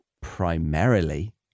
primarily